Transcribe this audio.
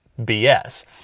BS